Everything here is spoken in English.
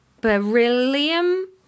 beryllium